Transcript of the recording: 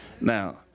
Now